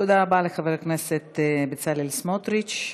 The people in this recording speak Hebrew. תודה רבה לחבר הכנסת בצלאל סמוטריץ.